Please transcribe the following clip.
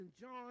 John